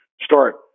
start